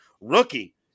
rookie